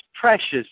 precious